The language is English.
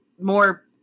more